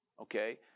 Okay